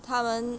她们